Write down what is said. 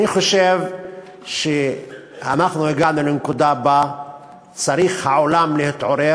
אני חושב שאנחנו הגענו לנקודה שבה העולם צריך להתעורר